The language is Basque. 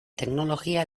teknologia